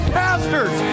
pastors